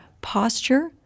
posture